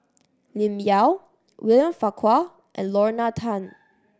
Lim Yau William Farquhar and Lorna Tan